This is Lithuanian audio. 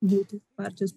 būti partijos